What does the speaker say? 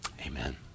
Amen